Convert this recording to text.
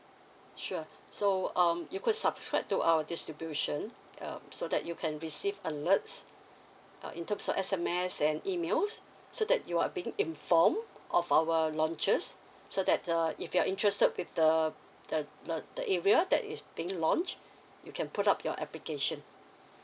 sure so um you could subscribe to our distribution um so that you can receive alerts uh in terms of S_M_S and emails so that you are being informed of our launches so that uh if you are interested with the the the the area that is being launched you can put up your application